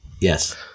Yes